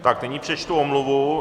Tak nyní přečtu omluvu.